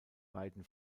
beiden